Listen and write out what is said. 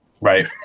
Right